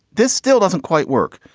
this still doesn't quite work.